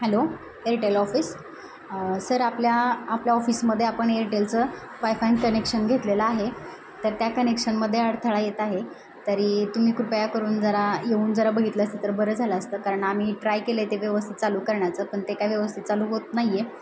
hello Airtel office sir आपल्या आपल्या ऑफिसमध्ये आपण एअरटेलचं वायफाईन कनेक्शन घेतलेलं आहे तर त्या कनेक्शनमध्ये अडथळा येत आहे तरी तुम्ही कृपया करून जरा येऊन जरा बघितलं असं तर बरं झालं असतं कारण आम्ही ट्राय केले ते व्यवस्थित चालू करण्याचं पण ते काय व्यवस्थित चालू होत नाही आहे